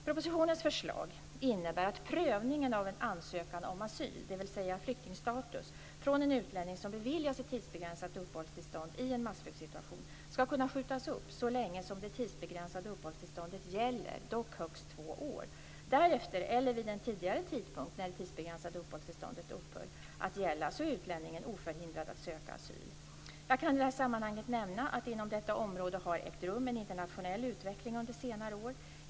Propositionens förslag innebär att prövningen av en ansökan om asyl, dvs. flyktingstatus, från en utlänning som beviljas ett tidsbegränsat uppehållstillstånd i en massflyktsituation ska kunna skjutas upp så länge som det tidsbegränsade uppehållstillståndet gäller, dock högst två år. Därefter eller vid den tidigare tidpunkt när det tidsbegränsade uppehållstillståndet upphör att gälla är utlänningen oförhindrad att söka asyl. Jag kan i detta sammanhang nämna att det inom detta område har ägt rum en internationell utveckling under senare år.